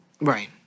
Right